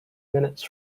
minutes